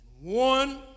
One